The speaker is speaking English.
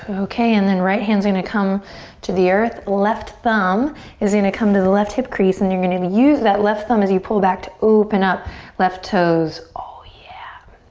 okay, and then right hand's gonna come to the earth. left thumb is gonna come to the left hip crease and you're gonna gonna use that left thumb as you pull back to open up left toes. oh yeah.